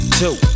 two